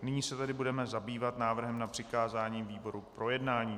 Nyní se tedy budeme zabývat návrhem na přikázání výboru k projednání.